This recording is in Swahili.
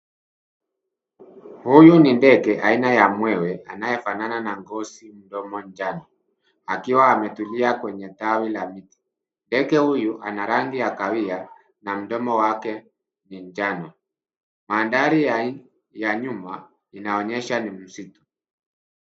Huyu ni ndege aina ya mwewe anayefanana na ngozi mdomo njano akiwa ametulia kwenye tawi la miti ndege huyu ana rangi ya kahawia na mdomo wake ni njano mandhari ya nyuma inaonyesha ni msitu.